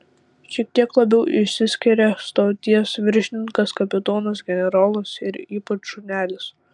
šiek tiek labiau išsiskiria stoties viršininkas kapitonas generolas ir ypač šunelis